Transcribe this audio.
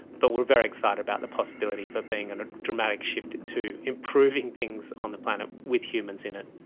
but we are very excited about the possibility of there being and a dramatic shift to improving things on the planet, with humans in it.